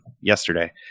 yesterday